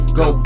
go